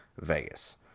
Vegas